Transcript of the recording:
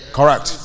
Correct